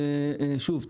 ושוב,